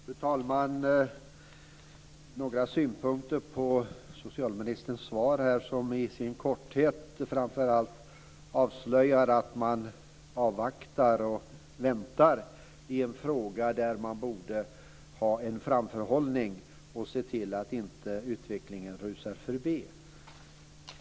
Fru talman! Jag vill framföra några synpunkter på socialministerns korta svar som framför allt avslöjar att man avvaktar i en fråga där man borde ha en framförhållning och se till att utvecklingen inte rusar i väg.